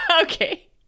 Okay